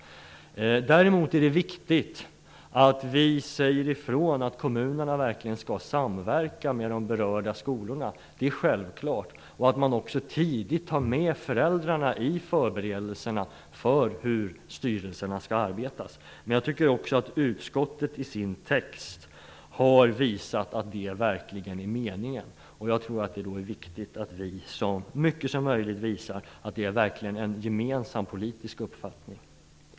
Däremot är det viktigt att vi säger ifrån att kommunerna verkligen skall samverka med de berörda skolorna. Det är självklart. Man måste också ta med föräldrarna i förberedelserna för hur styrelserna skall arbeta. Jag tycker också att utskottet i sin text har visat att det verkligen är meningen, och jag tror det är viktigt att vi så mycket som möjligt visar att detta verkligen är en gemensam politisk uppfattning.